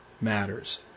matters